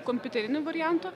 kompiuterinį variantą